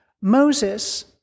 Moses